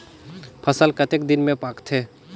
फसल कतेक दिन मे पाकथे?